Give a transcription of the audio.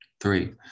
Three